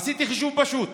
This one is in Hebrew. עשיתי חישוב פשוט: